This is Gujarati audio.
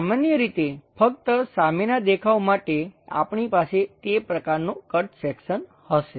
સામાન્ય રીતે ફક્ત સામેના દેખાવ માટે આપણી પાસે તે પ્રકારનો કટ સેક્શન હશે